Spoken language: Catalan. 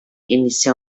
inicià